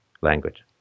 language